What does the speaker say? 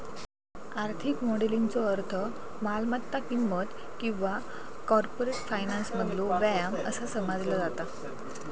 आर्थिक मॉडेलिंगचो अर्थ मालमत्ता किंमत किंवा कॉर्पोरेट फायनान्समधलो व्यायाम असा समजला जाता